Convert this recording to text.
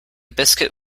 biscuit